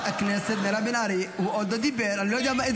איך